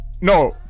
No